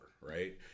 right